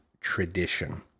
tradition